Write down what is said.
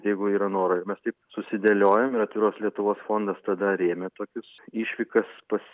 jeigu yra noro ir mes taip susidėliojom ir atviros lietuvos fondas tada rėmė tokius išvykas pas